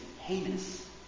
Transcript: heinous